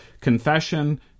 confession